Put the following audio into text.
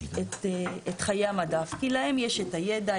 את חיי המדף כי להם יש את הידע,